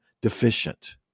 deficient